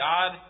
God